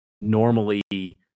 normally